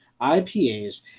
IPAs